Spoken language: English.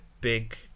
big